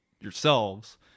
yourselves